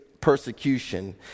persecution